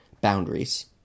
boundaries